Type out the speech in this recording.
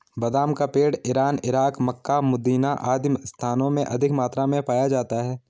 बादाम का पेड़ इरान, इराक, मक्का, मदीना आदि स्थानों में अधिक मात्रा में पाया जाता है